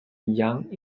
young